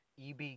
EB